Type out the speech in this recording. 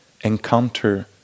encounter